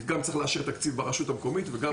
גם כי צריך לאשר תקציב ברשות המקומית וגם